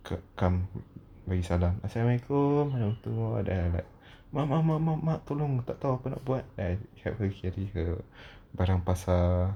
c~ come bagi salam asalammualaikum warahmatullah then I'm like mak mak mak mak tak tahu apa nak buat then her carry her barang pasar